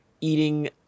eating